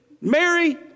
Mary